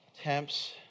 attempts